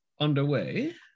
underway